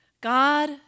God